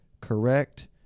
correct